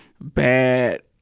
bad